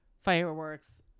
fireworks